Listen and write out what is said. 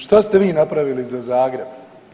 Šta ste vi napravili za Zagreb?